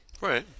right